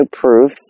proof